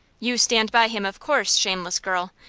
you stand by him, of course, shameless girl!